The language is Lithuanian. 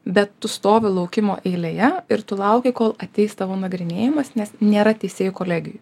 bet tu stovi laukimo eilėje ir tu lauki kol ateis tavo nagrinėjimas nes nėra teisėjų kolegijoj